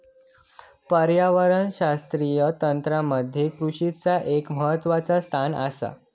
पर्यावरणशास्त्रीय तंत्रामध्ये कृषीचा एक महत्वाचा स्थान आसा